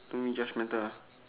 don't be judgmental ah